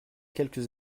quelques